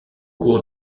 cours